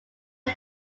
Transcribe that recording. who